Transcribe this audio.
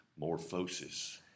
morphosis